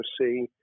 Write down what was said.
see